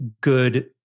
good